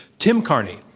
tim carney.